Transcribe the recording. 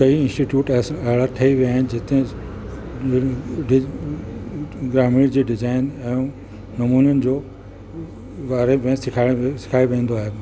कई इंस्टीट्यूट अहिड़ा ठही विया आहिनि जिते डि डि ग्रामीण जी डिज़ाइन ऐं नमूननि जो बारे में सिखायो सिखायो वेंदो आहे